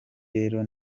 rero